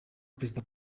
perezida